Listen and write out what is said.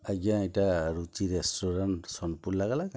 ଆଜ୍ଞା ଏଇଟା ରୁଚି ରେଷ୍ଟୁରାଣ୍ଟ୍ ସୋନପୁର୍ ଲାଗ୍ଲା କେଁ